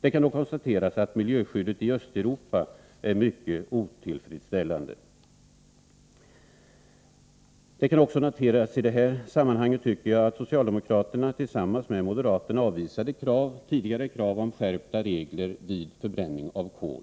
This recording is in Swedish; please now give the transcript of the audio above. Det kan dock konstateras att miljöskyddet i Östeuropa är mycket otillfredsställande. Det kan också i detta sammanhang noteras att socialdemokraterna tillsammans med moderaterna har avvisat tidigare krav på skärpta regler vid förbränning av kol.